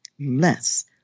less